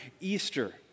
Easter